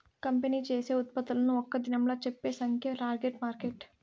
company చేసే ఉత్పత్తులను ఒక్క దినంలా చెప్పే సంఖ్యే టార్గెట్ మార్కెట్